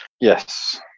Yes